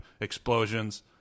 Explosions